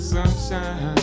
sunshine